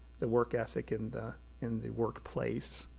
the work ethic in the in the workplace.